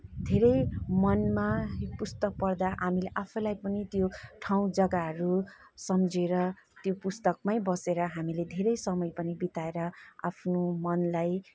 धेरै मनमा पुस्तक पढ्दा हामीले आफैलाई पनि त्यो ठाउँ जग्गाहरू सम्झेर त्यो पुस्तकमै बसेर हामीले धेरै समय पनि बिताएर आफ्नो मनलाई